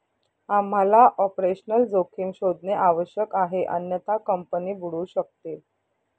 आम्हाला ऑपरेशनल जोखीम शोधणे आवश्यक आहे अन्यथा कंपनी बुडू शकते